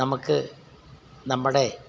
നമുക്ക് നമ്മുടെ